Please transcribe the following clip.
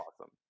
awesome